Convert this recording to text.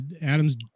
Adam's